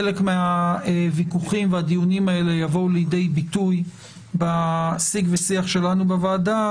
חלק מהוויכוחים והדיונים האלה יבואו לידי ביטוי בשיג ושיח שלנו בוועדה,